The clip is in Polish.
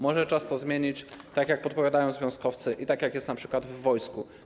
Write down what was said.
Może czas to zmienić, tak jak podpowiadają związkowcy i tak jak jest np. w wojsku.